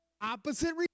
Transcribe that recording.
opposite